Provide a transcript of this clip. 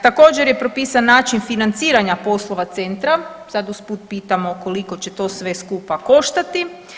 Također je propisan način financiranja poslova centra, sad usput pitamo koliko će to sve skupa koštati.